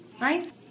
Right